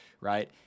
right